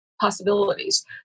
possibilities